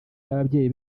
n’ababyeyi